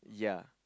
yeah